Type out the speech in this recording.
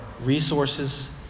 resources